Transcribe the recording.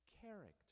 character